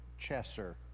Chesser